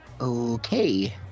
Okay